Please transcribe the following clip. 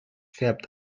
färbt